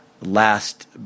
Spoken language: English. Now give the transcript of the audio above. last